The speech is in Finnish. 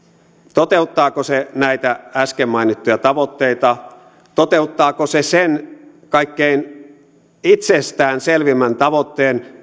toteuttaako se näitä äsken mainittuja tavoitteita toteuttaako se sen kaikkein itsestään selvimmän tavoitteen